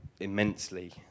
immensely